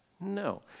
No